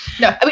No